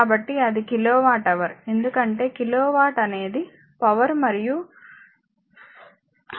కాబట్టి అది kilo watt hour ఎందుకంటే కిలోవాట్ అనేది పవర్ మరియు హవర్ అనేది టైమ్